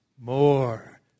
More